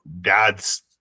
dad's